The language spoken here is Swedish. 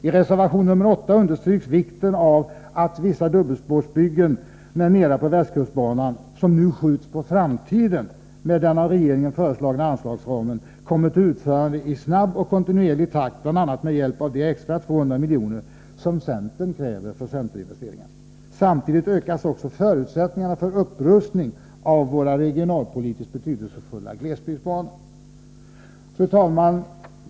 I reservation nr 8 understryks vikten av att vissa dubbelspårsbyggen m.m. på västkustbanan, som nu skjuts på framtiden med den av regeringen föreslagna anslagsramen, kommer till utförande i snabb och kontinuerlig takt bl.a. med hjälp av de extra 200 milj.kr. som centern kräver för SJ investeringar. Samtidigt ökas också förutsättningarna för en upprustning av våra regionalpolitiskt betydelsefulla glesbygdsbanor. Fru talman!